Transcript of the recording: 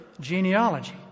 genealogy